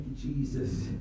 Jesus